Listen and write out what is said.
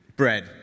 bread